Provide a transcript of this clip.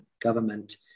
government